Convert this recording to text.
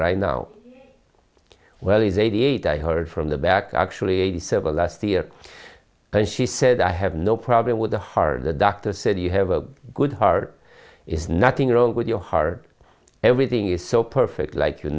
right now well he's eighty eight i heard from the back actually eighty seven last year and she said i have no problem with the hard the doctor said you have a good heart is nothing wrong with your heart everything is so perfect like you